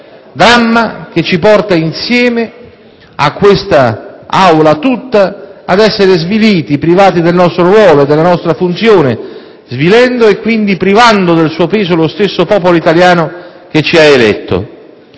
dramma che ci porta, insieme a quest'Aula tutta, ad essere sviliti, privati del nostro ruolo e della nostra funzione, svilendo e, quindi, privando del suo peso lo stesso popolo italiano che ci ha eletto.